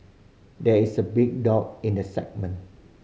there is a big dog in the segment